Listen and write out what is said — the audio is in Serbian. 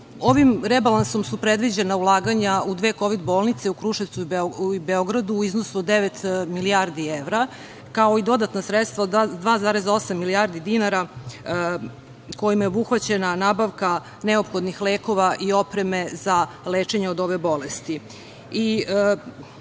rebalansom su predviđena ulaganja u dve kovid bolnice u Kruševcu i Beogradu u iznosu od devet milijardi evra, kao i dodatna sredstva – 2,8 milijardi dinara kojima je obuhvaćena nabavka neophodnih lekova i opreme za lečenje od ove bolesti.